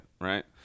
right